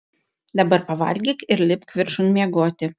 dabar pavalgyk ir lipk viršun miegoti